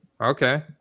Okay